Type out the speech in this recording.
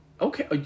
Okay